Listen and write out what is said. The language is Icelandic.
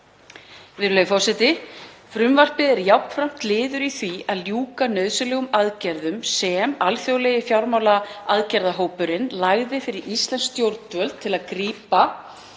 Virðulegur forseti. Frumvarpið er jafnframt liður í því að ljúka nauðsynlegum aðgerðum sem alþjóðlegi fjármálaaðgerðahópurinn lagði fyrir íslensk stjórnvöld að grípa